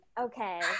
okay